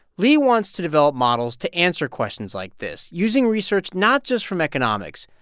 leigh wants to develop models to answer questions like this using research not just from economics,